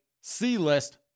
C-list